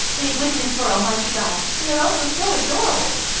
they witness for almighty god, and they're also so adorable!